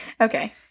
Okay